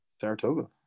Saratoga